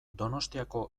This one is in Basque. donostiako